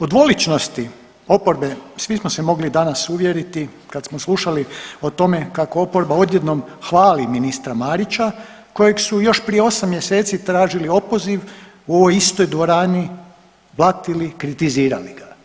O dvoličnosti oporbe svi smo se mogli danas uvjeriti kad smo slušali o tome kako oporba odjednom hvali ministra Marića kojeg su još prije 8 mjeseci tražili opoziv u ovoj istoj dvorani, blatili, kritizirali ga.